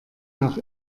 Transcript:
nach